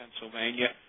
Pennsylvania